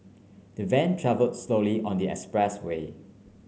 the van travel slowly on the expressway